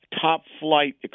top-flight